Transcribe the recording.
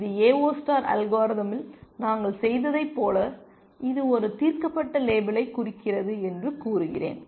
எனவே இது AO star அல்காரிதமில் நாங்கள் செய்ததைப் போல இது ஒரு தீர்க்கப்பட்ட லேபிளைக் குறிக்கிறது என்று கூறுகிறேன்